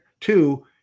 Two